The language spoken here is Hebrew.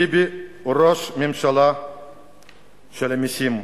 ביבי הוא ראש ממשלה של המסים,